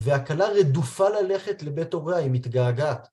והכלה רדופה ללכת לבית הוריי מתגעגעת.